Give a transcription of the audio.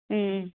ꯎꯝ ꯎꯝ